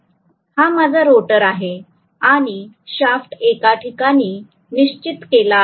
हा माझा रोटर आहे आणि शाफ्ट एका ठिकाणी निश्चित केला आहे